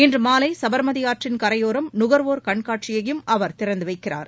இன்று மாலை சபர்மதி ஆற்றின் கரையோரம் நுகர்வோர் கண்காட்சியையும் அவர் திறந்து வைக்கிறார்